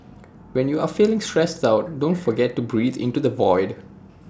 when you are feeling stressed out don't forget to breathe into the void